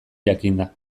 jakinda